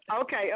okay